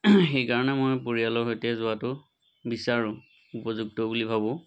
সেইকাৰণে মই পৰিয়ালৰ সৈতে যোৱাটো বিচাৰোঁ উপযুক্ত বুলি ভাবোঁ